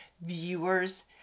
viewers